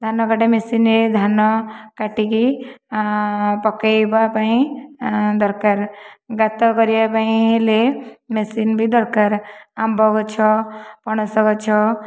ଧାନ କଟା ମେସିନ୍ ରେ ଧାନ କାଟିକି ପକାଇବା ପାଇଁ ଦରକାର ଗାତ କରିବାପାଇଁ ହେଲେ ମେସିନ୍ ବି ଦରକାର ଆମ୍ବ ଗଛ ପଣସ ଗଛ